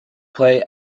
play